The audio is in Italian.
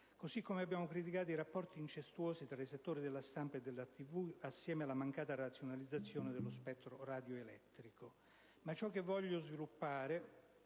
Egualmente abbiamo criticato i rapporti incestuosi tra settori della stampa e della televisione, assieme alla mancata razionalizzazione dello spettro radioelettrico.